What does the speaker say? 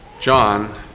John